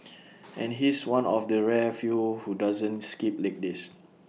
and he's one of the rare few who doesn't skip leg days